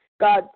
God